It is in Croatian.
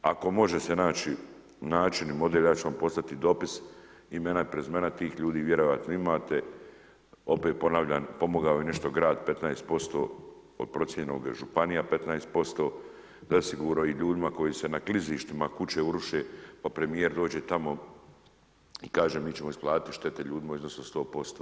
Ako može se naći, način i model, ja ću vam poslati dopis, imena i prezimena tih ljudi, vjerojatno imate, opet ponavljam, pomogao je nešto grad 15%, od procijenjenog županija 15%, zasigurno i ljudima koji se na klizištima kuće uruše, pa premjer dođe tamo i kaže, mi ćemo isplatiti štete ljudima u iznosu od 100%